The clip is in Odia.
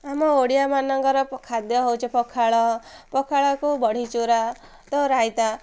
ଆମ ଓଡ଼ିଆମାନଙ୍କର ଖାଦ୍ୟ ହେଉଛି ପଖାଳ ପଖାଳକୁ ବଢ଼ିଚୁରା ତ ରାଇତା